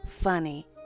funny